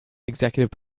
executive